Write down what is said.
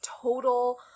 total